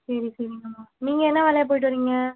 சரி சரிங்கமா நீங்கள் என்ன வேலையாக போய்விட்டு வரீங்க